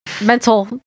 mental